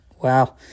Wow